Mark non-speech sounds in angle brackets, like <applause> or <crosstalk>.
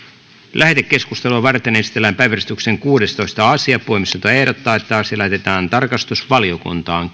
lähetekeskustelua varten esitellään päiväjärjestyksen kuudestoista asia puhemiesneuvosto ehdottaa että asia lähetetään tarkastusvaliokuntaan <unintelligible>